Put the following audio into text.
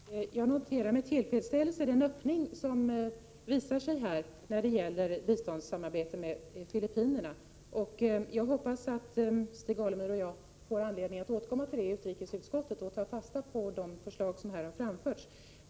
Fru talman! Jag noterar med tillfredsställelse den öppning som här visar sig för ett biståndssamarbete med Filippinerna. Jag hoppas att Stig Alemyr och jag får tillfälle att återkomma till det i utrikesutskottet och att ta fasta på de förslag som här har framförts.